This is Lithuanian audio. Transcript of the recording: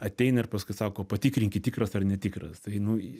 ateina ir paskui sako patikrinkit tikras ar netikras tai nu